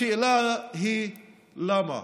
השאלה היא למה.